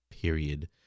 period